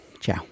ciao